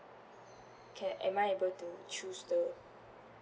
can am I able to choose the